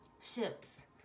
Ships